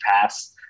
past